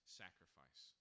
sacrifice